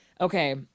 okay